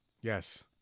Yes